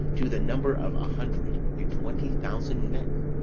to the number of a hundred and twenty thousand men,